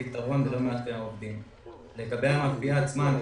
לגבי העובדים עצמם.